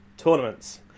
Tournaments